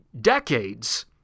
decades